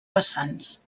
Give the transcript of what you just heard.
vessants